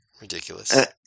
Ridiculous